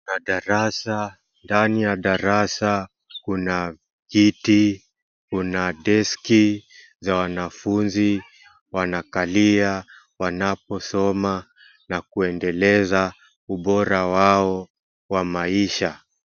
Madarasa, ndani ya darasa kuna viti kuna deski za wanafunzi wanakalia wanaposoma na kuendeleza bora wao wa maisha.